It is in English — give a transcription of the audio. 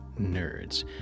nerds